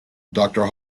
doctor